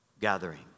gathering